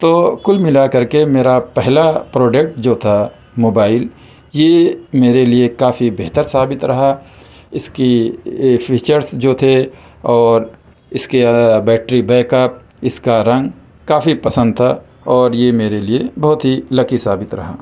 تو کل ملا کر کے مرا پہلا پروڈکٹ جو تھا موبائل یہ میرے لئے کافی بہتر ثابت رہا اس کی فیچرس جو تھے اور اس کے بیٹری بیک اپ اس کا رنگ کافی پسند تھا اور یہ میرے لئے بہت ہی لکی ثابت رہا